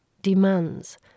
demands